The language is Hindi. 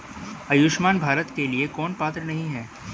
आयुष्मान भारत के लिए कौन पात्र नहीं है?